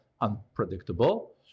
unpredictable